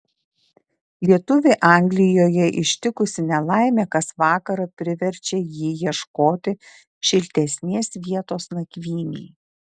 lietuvį anglijoje ištikusi nelaimė kas vakarą priverčia jį ieškoti šiltesnės vietos nakvynei